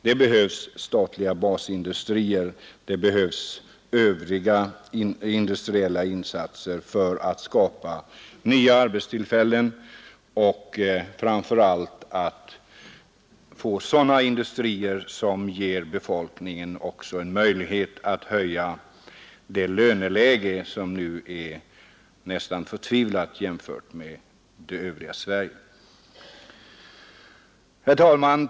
Det behövs statliga basindustrier, och det behövs andra industriella insatser för att skapa nya arbetstillfällen, framför allt sådana industrier som också ger befolkningen en möjlighet att höja löneläget, som på Gotland är nästan förtvivlat jämfört med det övriga Sverige.